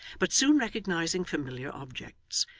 but soon recognising familiar objects,